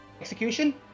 Execution